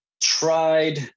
tried